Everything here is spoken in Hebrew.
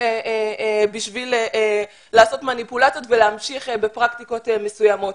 בשביל לעשות מניפולציות ולהמשיך בפרקטיקות מסוימות.